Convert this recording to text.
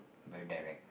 very direct